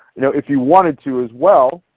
you know if you wanted to as well,